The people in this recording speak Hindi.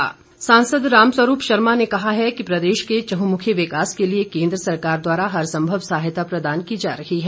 राम स्वरूप सांसद रामस्वरूप शर्मा ने कहा है कि प्रदेश के चहुमुखी विकास के लिए केन्द्र सरकार द्वारा हर संभव सहायता प्रदान की जा रही है